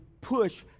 push